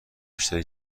بیشتری